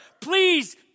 Please